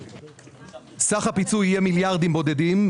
סך הפיצוי יהיה מיליארדים בודדים,